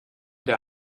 der